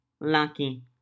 Lucky